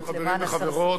למען הסר ספק.